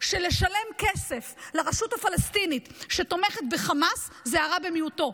שלשלם כסף לרשות הפלסטינית שתומכת בחמאס זה הרע במיעוטו.